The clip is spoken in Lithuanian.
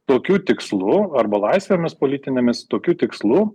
tokiu tikslu arba laisvėmis politinėmis tokiu tikslu